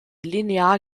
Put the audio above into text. linear